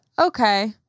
okay